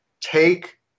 take